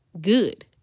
good